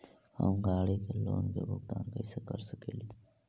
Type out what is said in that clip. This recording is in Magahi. हम गाड़ी के लोन के भुगतान कैसे कर सकली हे?